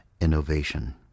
innovation